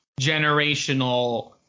generational